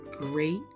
great